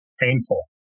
painful